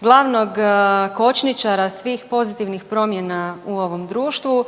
glavnog kočničara svih pozitivnih promjena u ovom društvu.